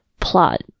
plot